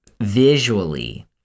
visually